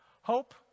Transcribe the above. Hope